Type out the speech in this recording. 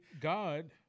God